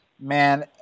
Man